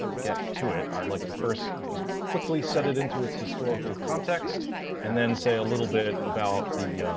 get to it. i'd like to first just quickly set it into its historical context and then say a little bit about the,